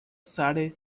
surrey